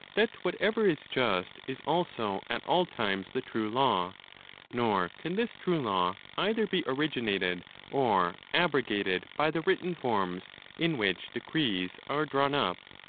that whatever is just is also at all times the true law nor can this true law either be originated or abrogated by the written forms in which decrees are drawn up.